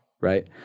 Right